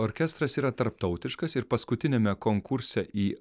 orkestras yra tarptautiškas ir paskutiniame konkurse į